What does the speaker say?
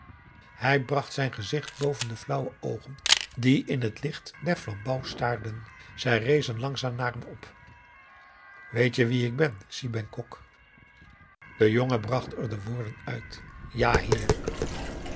hij bracht zijn gezicht boven de flauwe oogen die in het licht der flambouw staarden zij rezen langzaam naar hem op weet je wie ik ben si bengkok de jongen bracht er de woorden uit ja heer